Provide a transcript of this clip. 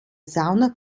sauna